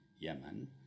Yemen